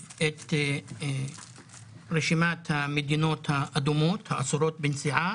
את רשימת המדינות האדומות האסורות בנסיעה